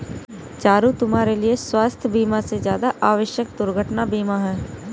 चारु, तुम्हारे लिए स्वास्थ बीमा से ज्यादा आवश्यक दुर्घटना बीमा है